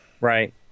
Right